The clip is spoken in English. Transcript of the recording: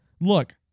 Look